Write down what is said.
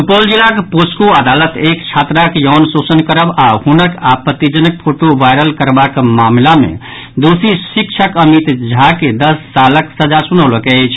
सुपौल जिलाक पोस्को अदालत एक छात्राक यौन शोषण करब आओर हुनक आपत्तिजनक फोटो वायरल करबाक मामिला मे दोषी शिक्षक अमित झा के दस सालक सजा सुनौलक अछि